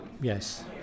Yes